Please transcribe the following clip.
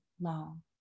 long